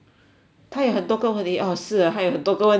他有很多个问题 orh 是 ah 还有很多个问题